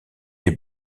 des